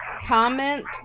comment